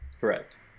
Correct